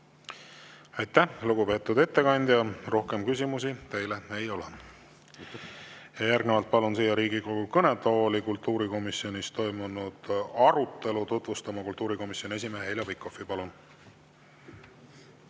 Aitäh, lugupeetud ettekandja! Rohkem küsimusi teile ei ole. Palun Riigikogu kõnetooli kultuurikomisjonis toimunud arutelu tutvustama kultuurikomisjoni esimehe Heljo Pikhofi. Palun!